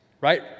Right